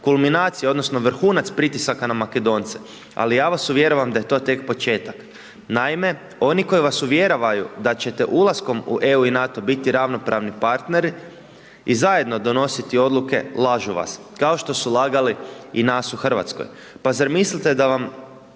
kulminacija, odnosno vrhunac pritisaka na Makedonce. Ali ja vas uvjeravam da je to tek početak. Naime oni koji vas uvjeravaju da ćete ulaskom u EU i NATO biti ravnopravni partneri i zajedno donositi odluke lažu vas kao što su lagali i nas u Hrvatskoj. Pa zar mislite da vam